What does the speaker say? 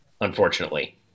unfortunately